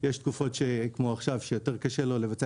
יש תקופות כמו עכשיו שיותר קשה לו לבצע